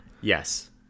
Yes